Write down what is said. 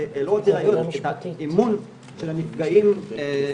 אמון של הנפגעים,